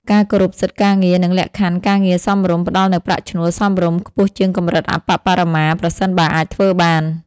ការគោរពសិទ្ធិការងារ និងលក្ខខណ្ឌការងារសមរម្យ ផ្តល់នូវប្រាក់ឈ្នួលសមរម្យ ខ្ពស់ជាងកម្រិតអប្បបរមា ប្រសិនបើអាចធ្វើបាន។